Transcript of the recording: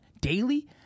daily